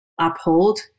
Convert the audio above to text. uphold